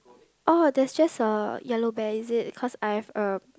orh that's just a yellow bear is it cause I've a